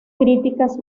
críticas